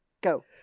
Go